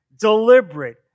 deliberate